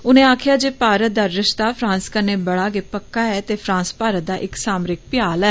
उनें आक्खेआ जे मारत दा रिश्ता फ्रांस कन्नै बड़ा गै पक्का ऐ ते फ्रांस भारत दा इक सामरिक भ्याल ऐ